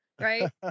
right